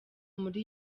muri